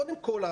קודם כל,